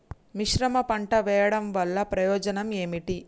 మిశ్రమ పంట వెయ్యడం వల్ల ప్రయోజనం ఏమిటి?